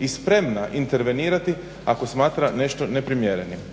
i spremna intervenirati ako smatra nešto neprimjerenim.